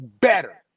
Better